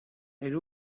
elle